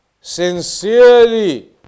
Sincerely